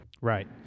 Right